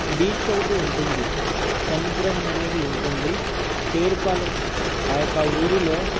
beach ఒకటి ఉంటుంది సముద్రం అనేది ఉంటుంది పేరుపాలెం ఆ యొక్క ఊరిలో